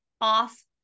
off